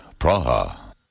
Praha